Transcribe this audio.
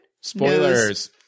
spoilers